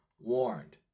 warned